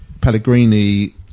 Pellegrini